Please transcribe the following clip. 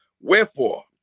Wherefore